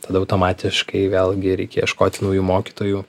tada automatiškai vėlgi reikia ieškoti naujų mokytojų